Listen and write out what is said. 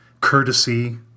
courtesy